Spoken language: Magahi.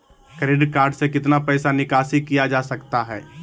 क्रेडिट कार्ड से कितना पैसा निकासी किया जा सकता है?